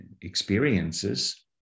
experiences